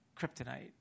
kryptonite